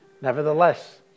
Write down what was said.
nevertheless